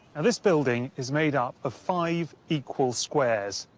ah this building is made up of five equal squares,